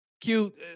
cute